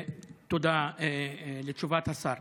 תודה על תשובת השר.